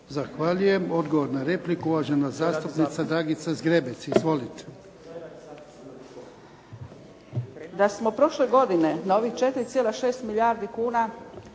Zahvaljujem. Odgovor na repliku, uvažena zastupnica Dragica Zgrebec. Izvolite.